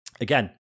again